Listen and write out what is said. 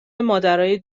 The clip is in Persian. مادرای